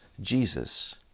Jesus